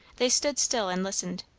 they stood still and listened.